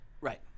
Right